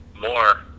more